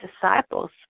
disciples